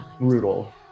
brutal